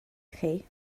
chi